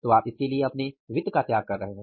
तो आप इसके लिए अपने वित्त का त्याग कर रहे हैं